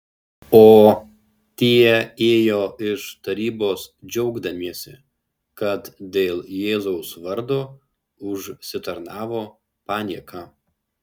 o tie ėjo iš tarybos džiaugdamiesi kad dėl jėzaus vardo užsitarnavo panieką